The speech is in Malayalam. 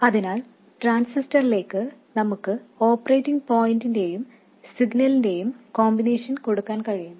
അതിനാൽ ട്രാൻസിസ്റ്ററിലേക്ക് നമുക്ക് ഓപ്പറേറ്റിംഗ് പോയിന്റിന്റെയും സിഗ്നലിന്റെയും കോമ്പിനേഷൻ കൊടുക്കാൻ കഴിയും